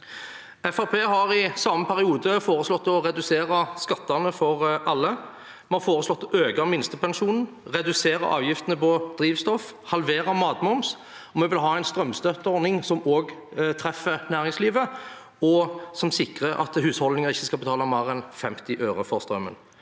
har i samme periode foreslått å redusere skattene for alle. Vi har foreslått å øke minstepensjonen, redusere avgiftene på drivstoff og halvere matmomsen. Vi vil ha en strømstøtteordning som også treffer næringslivet, og som sikrer at husholdningene ikke skal betale mer enn 50 øre for strømmen.